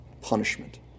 punishment